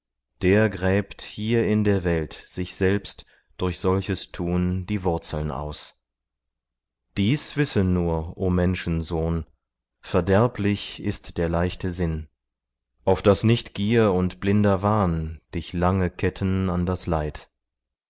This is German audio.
der gräbt hier in der welt sich selbst durch solches tun die wurzeln aus dies wisse nur o menschensohn verderblich ist der leichte sinn auf daß nicht gier und blinder wahn dich lange ketten an das leid